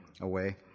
away